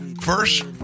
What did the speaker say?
First